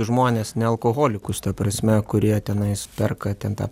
žmonės ne alkoholikus ta prasme kurie tenais perka ten tą